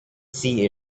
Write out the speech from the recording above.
see